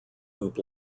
loop